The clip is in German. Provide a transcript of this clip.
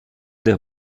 der